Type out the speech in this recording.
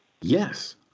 Yes